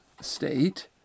state